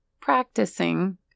practicing